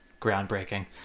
Groundbreaking